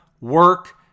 Work